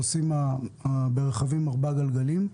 ברכבי 4 גלגלים.